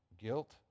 guilt